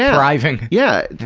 yeah thriving. yeah!